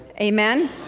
Amen